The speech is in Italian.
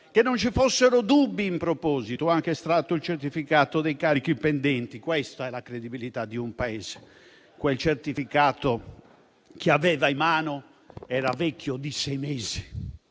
che non ci fossero dubbi in proposito. (...) Ho anche estratto il certificato dei carichi pendenti». Questa è la credibilità di un Paese: quel certificato che aveva in mano era vecchio di sei mesi